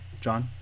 John